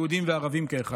יהודים וערבים כאחד.